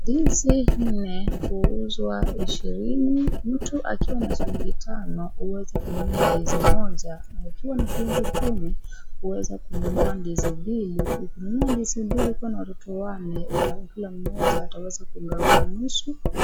Ndizi nne huuzwa ishirini, mtu akiwa na shilingi tano huweza kununua ndizi moja, akiwa na shilingi kumi, huweza kununua ndizi mbili, ukinunua ndizi mbili ukiwa na watoto wanne, utakula moja wataweza kugawiwa nusu.